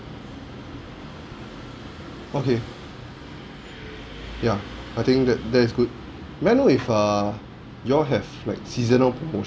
okay ya I think that that is good may I know if err y'all have like seasonal promot~